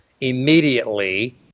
immediately